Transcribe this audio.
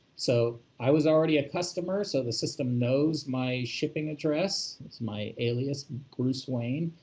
so i was already a customer, so the system knows my shipping address. that's my alias bruce wayne.